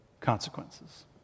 consequences